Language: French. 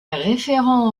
référent